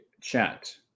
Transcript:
chat